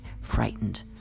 frightened